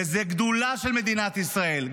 וזו גדולה של מדינת ישראל,